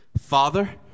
Father